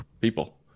people